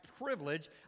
privilege